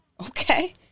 Okay